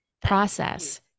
process